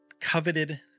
coveted